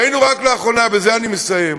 ראינו רק לאחרונה, ובזה אני מסיים,